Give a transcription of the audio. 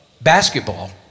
basketball